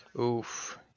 Oof